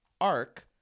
arc